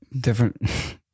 different